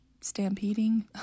stampeding